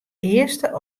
earste